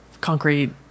concrete